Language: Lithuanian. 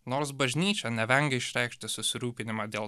nors bažnyčia nevengia išreikšti susirūpinimą dėl